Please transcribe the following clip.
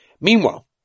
Meanwhile